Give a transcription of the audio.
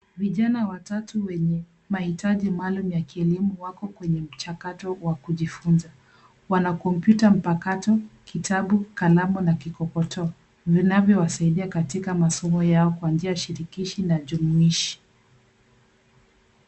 Vijana watatu wenye mahitaji maalum ya kielimu wako kwenye mchakato wa kujifunza. Wana kompyuta mpakato, kitabu; kalamu na kikokotoo vinavyowasaidia katika masomo yao kwa njia shirikishi na jumuishi.